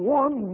one